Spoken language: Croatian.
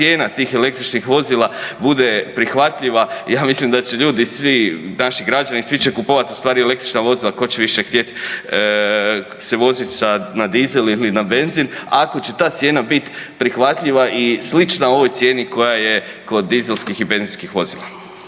cijena tih električnih vozila bude prihvatljiva, ja mislim da će ljudi svi naši građani, svi će kupovat ustvari električna vozila, tko će više htjeti se voziti sa, na dizel ili na benzin, ako će ta cijena biti prihvatljiva i slična ovoj cijeni koja je kod dizelskih i benzinskih vozila.